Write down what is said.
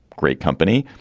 great company.